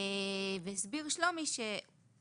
והסביר שלומי שהוא